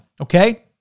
Okay